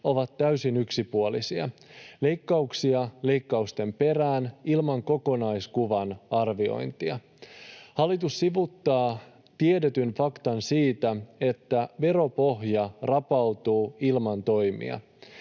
ovat täysin yksipuolisia: leikkauksia leikkausten perään ilman kokonaiskuvan arviointia. Hallitus sivuuttaa tiedetyn faktan siitä, että veropohja rapautuu ilman toimia.